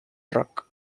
truck